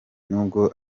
nubwo